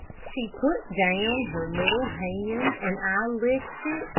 she put down her little hand, and i licked it,